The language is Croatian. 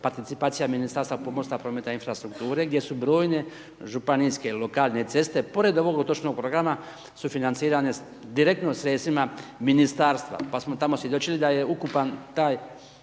participacija Ministarstva pomorstva, prometa i infrastrukture, gdje su brojne županijske i lokalne ceste pored ovog otočnog programa su financirane direktno sredstvima Ministarstva. Pa smo tamo svjedočili da je ukupan taj